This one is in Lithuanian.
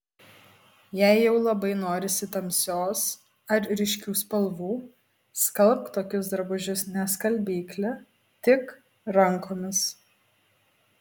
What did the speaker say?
jei jau labai norisi tamsios ar ryškių spalvų skalbk tokius drabužius ne skalbykle tik rankomis